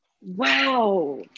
Wow